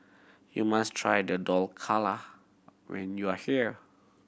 you must try the Dhokla when you are here